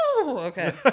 Okay